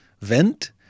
vent